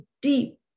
deep